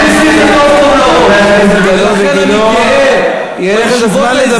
חברי הכנסת גלאון וגילאון, יהיה לכם זמן